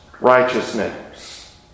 righteousness